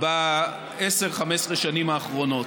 ב-10 15השנים האחרונות.